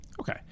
Okay